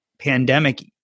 pandemic